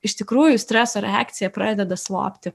iš tikrųjų streso reakcija pradeda slopti